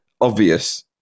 obvious